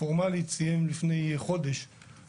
פורמלית סיים לפני חודש,